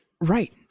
Right